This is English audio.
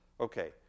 Okay